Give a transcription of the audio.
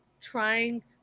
trying